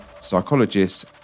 psychologists